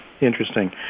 Interesting